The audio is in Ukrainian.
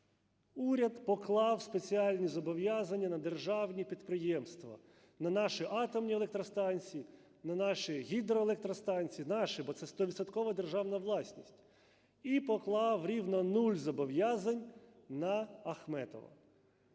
Уряд поклав спеціальні зобов'язання на державні підприємства: на наші атомні електростанції, на наші гідроелектростанції, наші, бо це 100-відсоткова державна власність, і поклав рівно нуль зобов'язань на Ахметова.